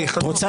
רוצה